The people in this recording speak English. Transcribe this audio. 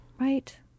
right